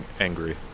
angry